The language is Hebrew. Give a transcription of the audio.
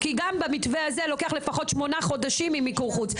כי גם במתווה הזה לוקח לפחות שמונה חודשים עם מיקור חוץ.